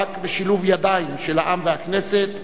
רק בשילוב ידיים של העם והכנסת,